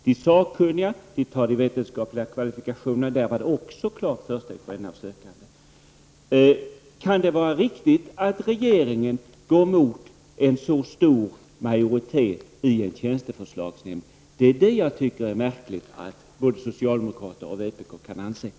De sakkunniga skall alltså ta fasta på de vetenskapliga kvalifikationerna, och där var det också fråga om ett klart försteg för en av de sökande. Kan det vara riktigt att regeringen går emot en så stor majoritet i tjänste förslagsnämnden? Jag tycker att det är märkligt att både socialdemokrater och vpk kan ha den åsikten.